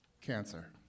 Cancer